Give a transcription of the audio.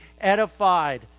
edified